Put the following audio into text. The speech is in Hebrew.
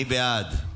מי בעד?